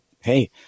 hey